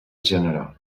general